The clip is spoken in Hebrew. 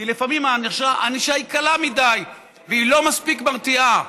כי לפעמים הענישה היא קלה מדי ולא מספיק מרתיעה,